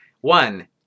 One